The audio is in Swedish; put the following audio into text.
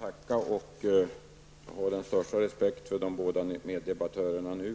Herr talman! Jag har den största respekt för de båda meddebattörerna i